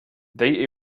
they